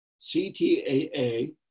CTAA